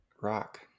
rock